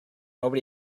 nobody